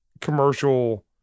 commercial